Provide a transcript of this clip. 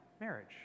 marriage